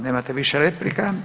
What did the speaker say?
nemate više replika.